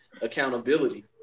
accountability